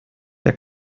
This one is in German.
der